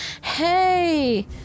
Hey